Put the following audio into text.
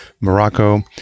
Morocco